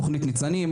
בתכנית ניצנים למשל,